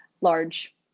large